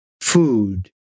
food